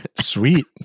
Sweet